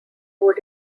would